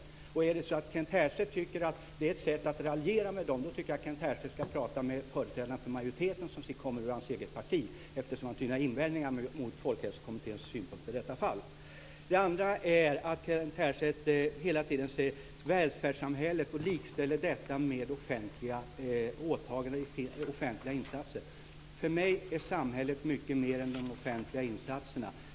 Tycker Kent Härstedt att det är ett sätt att raljera med dem tycker jag att Kent Härstedt ska prata med företrädaren för majoriteten som kommer från hans eget parti, eftersom han tydligen har invändningar mot Folkhälsokommitténs synpunkter i detta fall. Det andra är att Kent Härstedt hela tiden säger välfärdssamhället och likställer detta med offentliga åtaganden och offentliga insatser. För mig är samhället mycket mer än de offentliga insatserna.